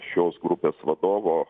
šios grupės vadovo